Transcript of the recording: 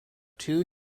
two